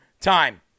time